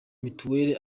mitiweli